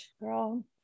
girl